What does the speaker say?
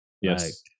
yes